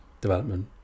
development